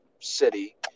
city